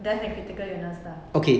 death and critical illness lah